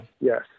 yes